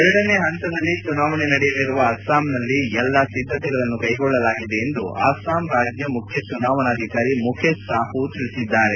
ಎರಡನೇ ಹಂತದಲ್ಲಿ ಚುನಾವಣೆ ನಡೆಯಲಿರುವ ಅಸ್ಸಾಂನಲ್ಲಿ ಎಲ್ಲ ಸಿದ್ದತೆಗಳನ್ನು ಕ್ಲೆಗೊಳ್ಳಲಾಗಿದೆ ಎಂದು ಅಸ್ವಾಂ ರಾಜ್ಲ ಮುಖ್ಯ ಚುನಾವಣಾಧಿಕಾರಿ ಮುಕೇಶ್ ಸಾಹು ತಿಳಿಸಿದ್ದಾರೆ